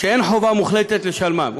שאין חובה מוחלטת לשלמם.